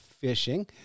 fishing